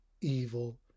evil